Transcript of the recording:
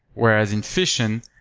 whereas in fission,